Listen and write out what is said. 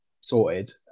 sorted